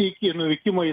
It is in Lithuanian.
iki nuvykimo į